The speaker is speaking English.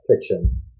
fiction